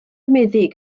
meddyg